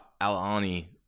Alani